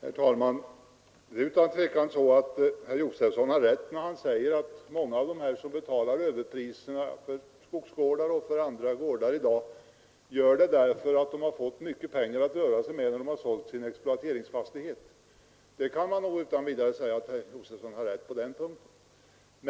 Herr talman! Det är utan tvivel så att herr Josefson har rätt när han säger att många av dem som betalar överpriser för skogsgårdar och andra gårdar gör det därför att de fått mycket pengar att röra sig med när de har sålt sin exploateringsfastighet.